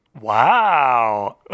Wow